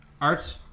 Arts